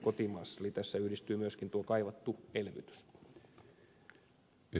eli tässä yhdistyy myöskin tuo kaivattu elvytys